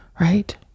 Right